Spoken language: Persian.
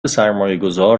سرمایهگذار